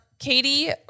Katie